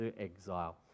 exile